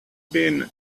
been